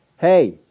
Hey